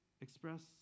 express